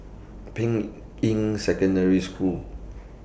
Ping Secondary School